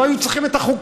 לא היו צריכים את החוקים.